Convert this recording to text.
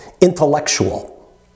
intellectual